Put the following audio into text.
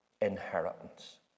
inheritance